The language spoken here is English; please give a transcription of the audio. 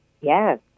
Yes